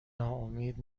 ناامید